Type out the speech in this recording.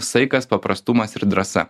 saikas paprastumas ir drąsa